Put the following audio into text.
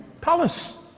palace